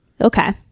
okay